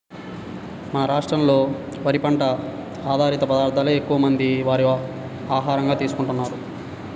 మన రాష్ట్రంలో వరి పంట ఆధారిత పదార్ధాలనే ఎక్కువమంది వారి ఆహారంగా తీసుకుంటున్నారు